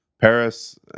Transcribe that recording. Paris